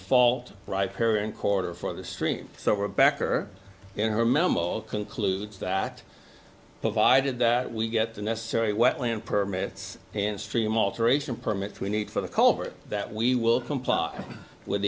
current quarter for the stream so we're back her and her memo concludes that provided that we get the necessary wetland permits and stream alteration permits we need for the culver that we will comply with